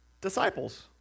disciples